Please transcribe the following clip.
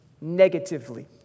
negatively